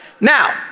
Now